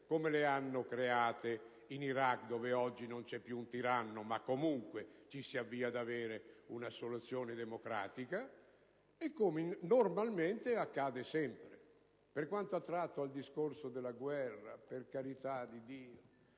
come le hanno create in Iraq, dove oggi non c'è più un tiranno e ci si avvia ad avere una soluzione democratica, e come normalmente accade. Per quanto attiene al discorso della guerra, per carità di Dio!